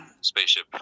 spaceship